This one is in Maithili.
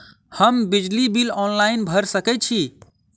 हम बिजली बिल ऑनलाइन भैर सकै छी?